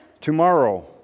Tomorrow